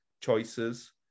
choices